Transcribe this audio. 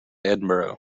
edinburgh